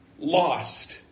lost